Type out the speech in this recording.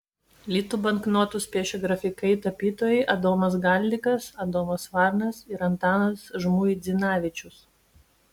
litų banknotus piešė grafikai tapytojai adomas galdikas adomas varnas ir antanas žmuidzinavičius